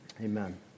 Amen